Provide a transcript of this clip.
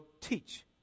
teach